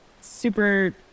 super